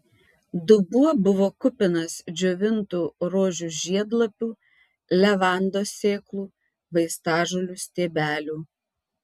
dubuo buvo kupinas džiovintų rožių žiedlapių levandos sėklų vaistažolių stiebelių